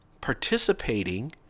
participating